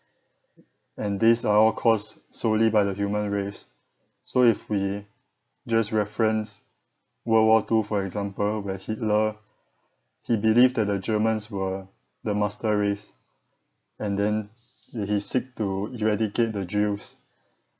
and these are all caused solely by the human race so if we just reference world war two for example where hitler he believed that the germans were the master race and then he seek to eradicate the jews